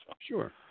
Sure